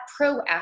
proactive